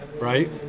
Right